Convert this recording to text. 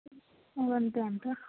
ఇంకా అంతే అంటర్ర